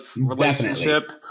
relationship